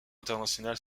international